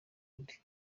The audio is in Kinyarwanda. undi